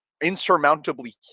insurmountably